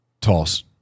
Toss